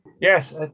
Yes